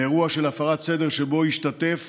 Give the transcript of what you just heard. מאירוע של הפרת סדר שבו השתתף